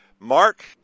Mark